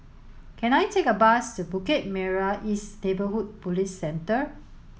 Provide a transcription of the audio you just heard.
can I take a bus to Bukit Merah East Neighbourhood Police Centre